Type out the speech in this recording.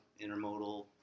intermodal